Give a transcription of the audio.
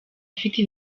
ufite